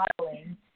modeling